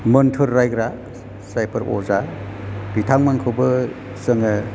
मोन्थोर रायग्रा जायफोर अजा बिथांमोनखौबो जोङो